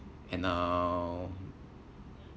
and uh